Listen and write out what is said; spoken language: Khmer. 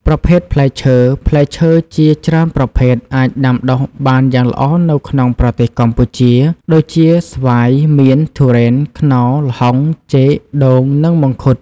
ប្រភេទផ្លែឈើ ផ្លែឈើជាច្រើនប្រភេទអាចដាំដុះបានយ៉ាងល្អនៅក្នុងប្រទេសកម្ពុជាដូចជា ស្វាយ មៀន ធូរ៉េន ខ្នុរ ល្ហុង ចេក ដូង និងមង្ឃុត។